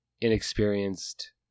inexperienced